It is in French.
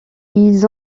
ils